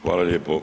Hvala lijepo.